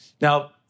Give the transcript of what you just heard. Now